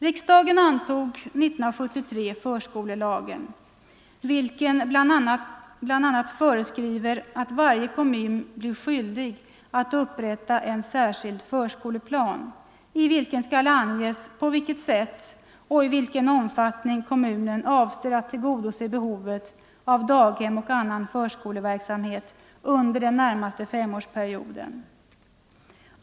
Riksdagen antog 1973 förskolelagen, vilken bl.a. föreskriver att varje kommun blir skyldig att upprätta en särskild förskoleplan i vilken skall anges på vilket sätt och i vilken omfattning kommunen avser att fylla behovet av daghem och annan förskoleverksamhet under den närmaste femårsperioden.